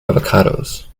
avocados